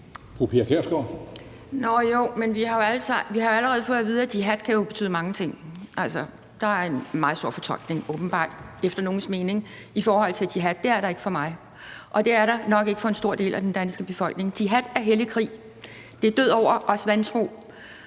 vi har jo allerede fået at vide, at jihad kan betyde mange ting. Der er åbenbart mange fortolkningsmuligheder, efter nogles mening, i forhold til jihad. Det er der ikke for mig, og det er der nok ikke for en stor del af den danske befolkning. Jihad er hellig krig; det er død over os vantro.